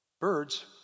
Birds